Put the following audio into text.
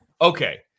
Okay